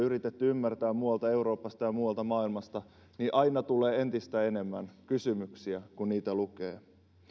ja yritetty ymmärtää tietoja muualta euroopasta ja muualta maailmasta niin aina tulee entistä enemmän kysymyksiä kun niitä lukee